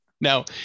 now